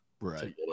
Right